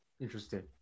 interesting